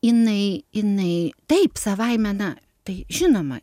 jinai jinai taip savaime na tai žinoma